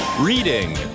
Reading